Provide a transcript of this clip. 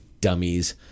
dummies